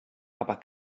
aber